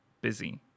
busy